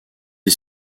est